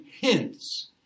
hints